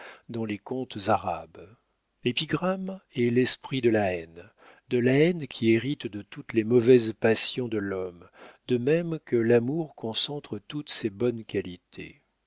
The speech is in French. dans les contes arabes l'épigramme est l'esprit de la haine de la haine qui hérite de toutes les mauvaises passions de l'homme de même que l'amour concentre toutes ses bonnes qualités